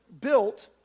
built